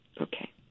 Okay